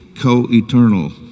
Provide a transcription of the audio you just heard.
co-eternal